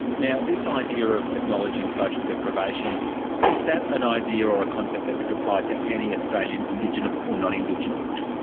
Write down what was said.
yeah this ah idea of acknowledging social deprivation, is that an idea or a concept that could apply to any australian, indigenous or non-indigenous?